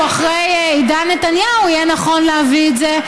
אחרי עידן נתניהו יהיה נכון להביא את זה,